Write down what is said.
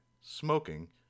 smoking